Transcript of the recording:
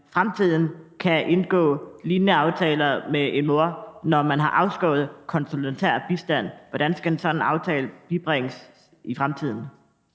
fremtiden kan indgå lignende aftaler med en mor, når man har afskåret den konsulære bistand – hvordan skal en sådan aftale indgås i fremtiden?